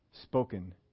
Spoken